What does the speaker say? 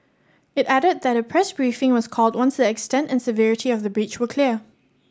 it added that a press briefing was called once the extent and severity of the breach were clear